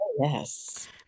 Yes